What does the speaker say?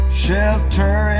shelter